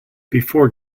before